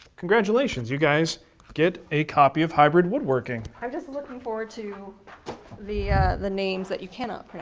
congratulations, you guys get a copy of hybrid woodworking. i'm just looking forward to the the names that you cannot